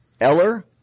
Eller